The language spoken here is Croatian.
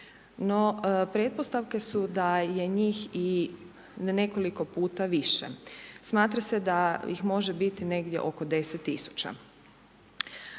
no pretpostavke su da je njih i nekoliko puta više. Smatra se da ih može biti negdje oko 10 000.